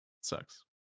sucks